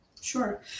Sure